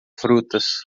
frutas